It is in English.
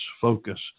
focus